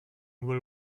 will